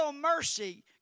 mercy